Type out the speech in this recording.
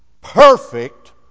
perfect